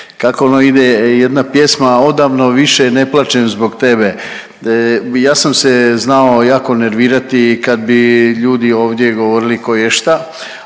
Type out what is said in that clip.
Kako ono ide jedna pjesma, odavno više ne plaćem zbog tebe. Ja sam se znao jako nervirati kad bi ljudi ovdje govorili koješta,